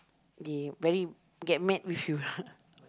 they very get mad with you